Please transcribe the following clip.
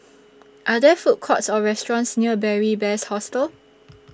Are There Food Courts Or restaurants near Beary Best Hostel